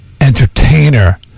entertainer